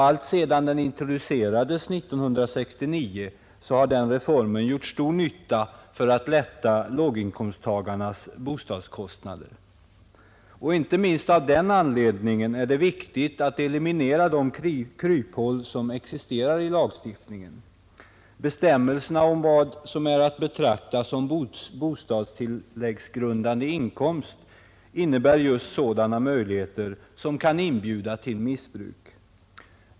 Alltsedan reformen introducerades 1969 har den gjort stor nytta för att minska låginkomsttagarnas bostadskostnader. Inte minst av den anledningen är det viktigt att eliminera de kryphål som existerar i lagstiftningen. Bestämmelserna om vad som är att betrakta som bostadstilläggsgrundande inkomst ger sådana möjligheter som kan inbjuda till missbruk.